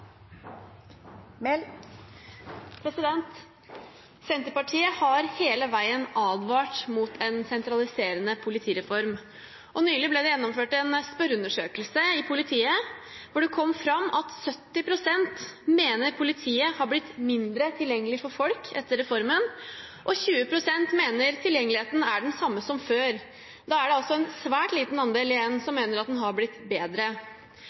Senterpartiet har hele veien advart mot en sentraliserende politireform. Nylig ble det gjennomført en spørreundersøkelse i politiet hvor det kom fram at 70 pst. mener at politiet er blitt mindre tilgjengelig for folk etter reformen, og at 20 pst. mener tilgjengeligheten er den samme som før. Da er det en svært liten andel igjen som mener at den er blitt bedre.